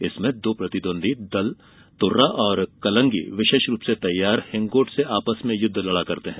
इसमें दो प्रतिद्वंदी दल तुर्रा और कलंगी विशेष रूप से तैयार हिंगोट से आपस में युद्ध लड़ते हैं